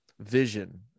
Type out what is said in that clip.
vision